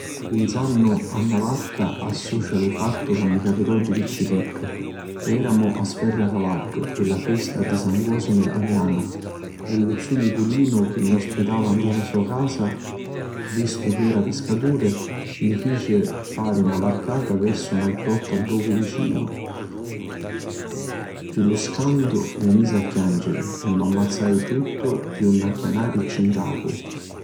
Pinsannu a na varca l'associu a un fattu chi mi capitau di picciriddu. Eramu a Sferracavaddu pi la festa di San Cosimu e Damianu e lu zu Niculinu chi ni ospitva nta lo so casa, vistu ch'era un piscaturi, ni fici fari na varcata versu nta grutta ddocu vicinu. Iu pi scantu mi misi a chianciri e m'ammazzai tuttu pi nun acchianarici 'n capu.